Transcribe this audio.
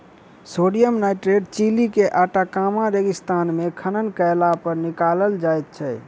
sodium nitrate Chile के Atacama रेगिस्तान मे खनन कयलापर निकालल जाइत छै